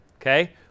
okay